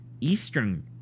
eastern